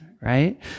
right